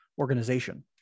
organization